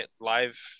live